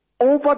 Over